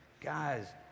guys